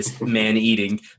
man-eating